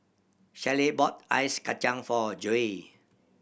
Shellie bought ice kacang for Joi